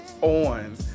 on